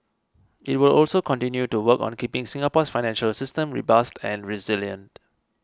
it will also continue to work on keeping Singapore's financial system robust and resilient